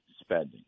spending